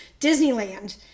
Disneyland